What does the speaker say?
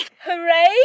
Hooray